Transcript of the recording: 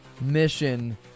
mission